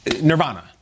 nirvana